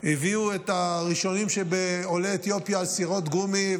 שהביאו את הראשונים שבעולי אתיופיה על סירות גומי,